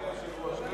אדוני היושב-ראש,